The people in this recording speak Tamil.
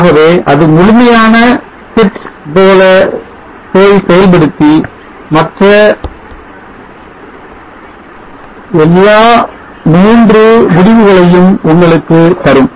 ஆகவே அது முழுமையான set போய் செயல்படுத்தி எல்லா மூன்று முடிவுகளையும் உங்களுக்கு தரும்